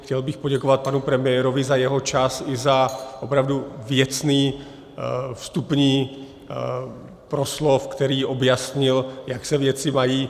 Chtěl bych poděkovat panu premiérovi za jeho čas i za opravdu věcný vstupní proslov, který objasnil, jak se věci mají.